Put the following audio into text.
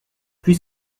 puis